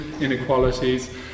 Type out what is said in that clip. inequalities